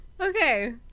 Okay